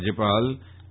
રાજ્યપાલ ઈ